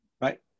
Right